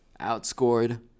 outscored